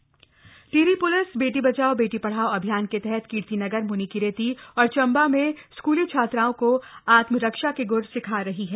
आत्मरक्षा टिहरी टिहरी पुलिस बप्ती बचाओ बप्ती पढ़ाओ अभियान का तहत कीर्तिनगर मुनिकीरप्री और चंबा में स्कूली छात्राओं को आत्मरक्षा का गुर सिखा रही है